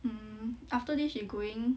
hmm after this she going